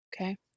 Okay